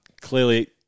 clearly